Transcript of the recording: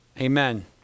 Amen